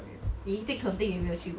你一定肯定你没有去过 ah